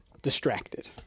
Distracted